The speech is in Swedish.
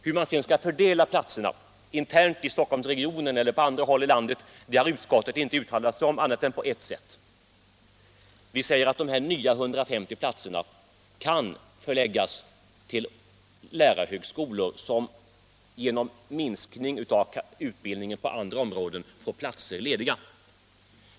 Hur man sedan skall fördela platserna — internt i Stockholmsregionen eller på andra håll i landet — har utskottet inte uttalat sig om på annat sätt än att vi säger att de nya 150 platserna kan förläggas till lärarhögskolor som genom minskning av utbildning på andra områden får platser lediga.